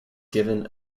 given